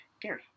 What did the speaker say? Gary